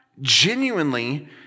genuinely